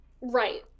right